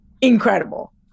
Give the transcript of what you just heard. incredible